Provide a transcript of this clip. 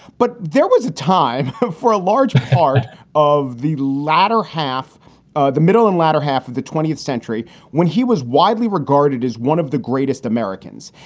but there was a time for a large part of the latter half ah the middle and latter half the twentieth century when he was widely regarded as one of the greatest americans.